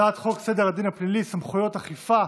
הצעת חוק סדר הדין הפלילי (סמכויות אכיפה,